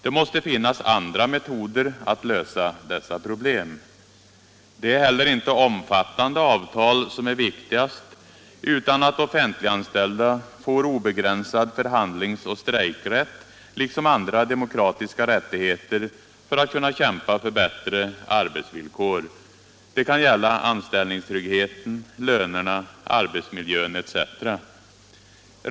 Det måste finnas andra metoder att lösa dessa pro = riksdagsförvaltningblem. Det är inte heller omfattande avtal som är viktigast utan att of — en fentliganställda får obegränsad förhandlings och strejkrätt liksom andra demokratiska rättigheter för att kunna kämpa för bättre arbetsvillkor. Det kan gälla anställningstryggheten, lönerna, arbetsmiljön etc.